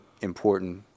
important